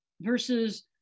versus